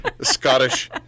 Scottish